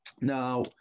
Now